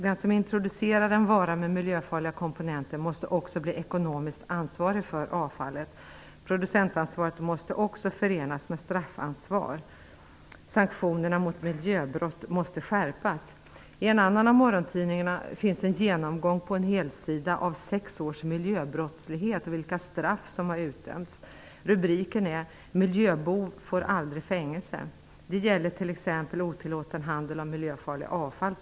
Den som introducerar en vara med miljöfarliga komponenter måste också bli ekonomiskt ansvarig för avfallet. Producentansvaret måste också förenas med straffansvar. Sanktionerna mot miljöbrott måste skärpas. I en annan av morgontidningarna finns på en helsida en genomgång av sex års miljöbrottslighet och vilka straff som har utdömts. Rubriken lyder: Miljöbov får aldrig fängelse. Ett exempel är otillåten handel med miljöfarliga avfall.